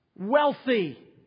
wealthy